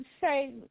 say